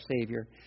savior